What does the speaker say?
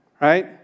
right